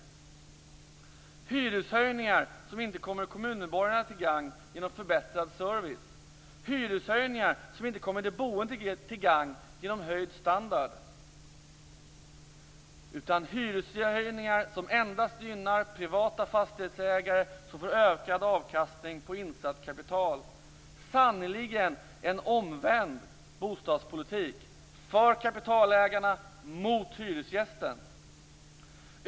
Det blir hyreshöjningar som inte kommer kommunmedborgarna till gagn genom förbättrad service och som inte kommer de boende till gagn genom höjd standard. Det blir hyreshöjningar som endast gynnar privata fastighetsägare, som får ökad avkastning på insatt kapital. Det är sannerligen en omvänd bostadspolitik: för kapitalägarna, mot hyresgästerna.